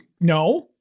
no